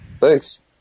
Thanks